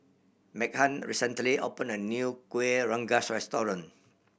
Meghann recently opened a new Kuih Rengas restaurant